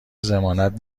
ضمانت